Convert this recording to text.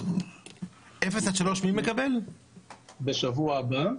הם מקבלים בשבוע הבא.